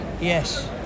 Yes